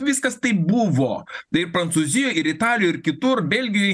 viskas taip buvo ir prancūzijoj ir italijoj ir kitur belgijoj